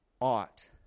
ought